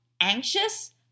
anxious